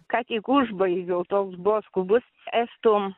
kątik užbaigiau toks buvo skubus estų